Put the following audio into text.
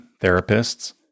therapists